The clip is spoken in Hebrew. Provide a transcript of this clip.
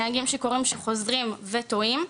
נהגים שיכורים שחוזרים וטועים,